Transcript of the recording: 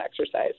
exercise